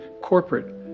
corporate